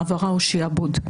העברה או שיעבוד.